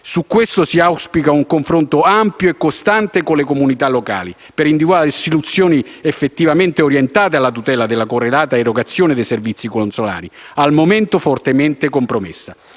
Su questo si auspica un confronto ampio e costante con le comunità locali, per individuare soluzioni effettivamente orientate alla tutela della corretta erogazione dei servizi consolari, al momento fortemente compromessa.